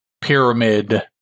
pyramid